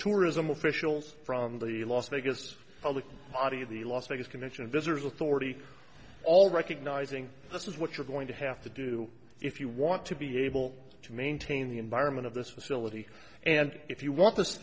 tourism officials from the los vegas public body the las vegas convention and visitors authority all recognizing this is what you're going to have to do if you want to be able to maintain the environment of this facility and if you want this